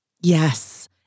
Yes